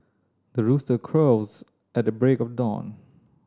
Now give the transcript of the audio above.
the rooster crows at the break of dawn